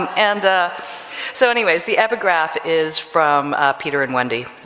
um and so anyways, the epigraph is from peter and wendy.